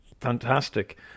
fantastic